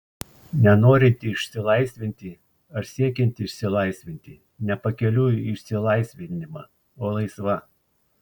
ne norinti išsilaisvinti ar siekianti išsilaisvinti ne pakeliui į išsilaisvinimą o laisva